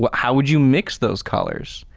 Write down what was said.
but how would you mix those colors?